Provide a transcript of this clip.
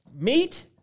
Meat